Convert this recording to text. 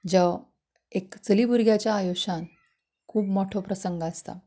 ज्यो एक चली भुरग्यांच्या आयुश्यान खूब मोठो प्रसंग आसता